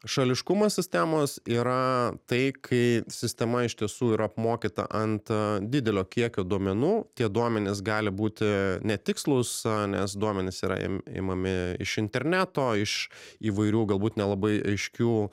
šališkumas sistemos yra tai kai sistema iš tiesų yra apmokyta ant a didelio kiekio duomenų tie duomenys gali būti netikslūs nes duomenys yra im imami iš interneto iš įvairių galbūt nelabai aiškių